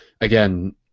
again